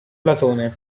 platone